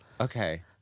Okay